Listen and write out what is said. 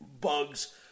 bugs